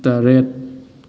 ꯇꯔꯦꯠ